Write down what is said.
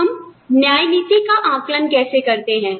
अब हम न्याय नीति का आकलन कैसे करते हैं